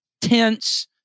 tense